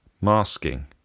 masking